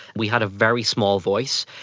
we had a very small voice,